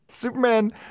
Superman